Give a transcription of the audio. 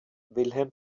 wilhelm